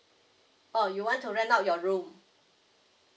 oh you want to rent out your room